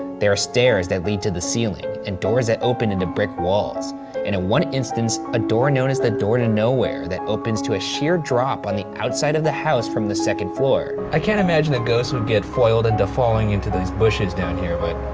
there are stairs that lead to the ceiling, and doors that open into brick walls. and in one instance, a door known as the door to nowhere that opens to a sheer drop on the outside of the house from the second floor. i can't imagine a ghost would get foiled into falling into these bushes down here, but